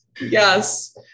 Yes